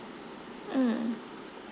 mm